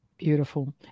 beautiful